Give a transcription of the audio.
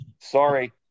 sorry